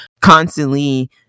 constantly